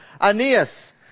Aeneas